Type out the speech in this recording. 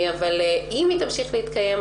אם היא תמשיך להתקיים,